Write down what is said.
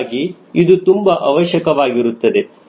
ಹೀಗಾಗಿ ಇದು ತುಂಬಾ ಅವಶ್ಯಕವಾಗಿರುತ್ತದೆ